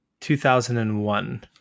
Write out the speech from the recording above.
2001